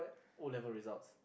O-level results